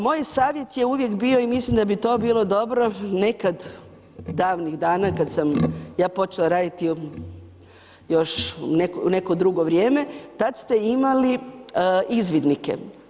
Moj savjet je uvijek bio i mislim da bi to bilo dobro, nekad davnih dana kada sam ja počela raditi još u neko drugo vrijeme, tad ste imali izvidnike.